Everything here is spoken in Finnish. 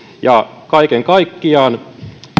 ja kaiken kaikkiaan